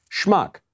schmuck